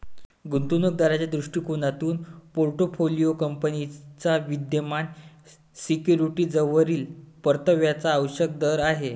गुंतवणूक दाराच्या दृष्टिकोनातून पोर्टफोलिओ कंपनीच्या विद्यमान सिक्युरिटीजवरील परताव्याचा आवश्यक दर आहे